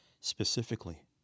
Specifically